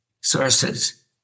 sources